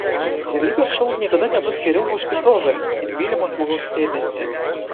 realybės šou niekada nebus geriau už tikrovę ir mylimo žmogaus dėmesį